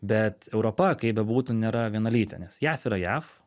bet europa kaip bebūtų nėra vienalytė nes jav yra jav